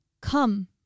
Come